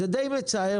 זה די מצער.